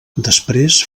després